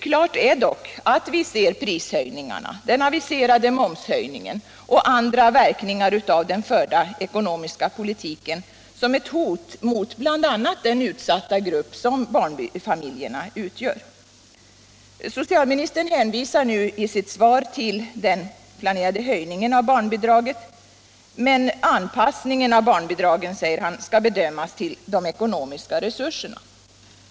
Klart är dock att vi ser prishöjningarna, den aviserade momshöjningen och andra verkningar av den förda ekonomiska politiken som ett hot mot bl.a. den utsatta grupp som barnfamiljerna utgör. Socialministern hänvisar i sitt svar till den kommande höjningen av barnbidragen, men anpassningen av barnbidragen, säger socialministern, skall bedömas med hänsyn till de ekonomiska resurserna.